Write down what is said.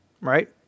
right